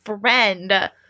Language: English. friend